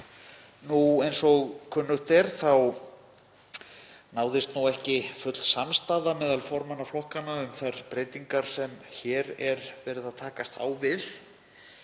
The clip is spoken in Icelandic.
þá. Eins og kunnugt er náðist ekki full samstaða meðal formanna flokkanna um þær breytingar sem hér er verið að takast á við.